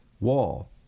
wall